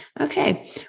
Okay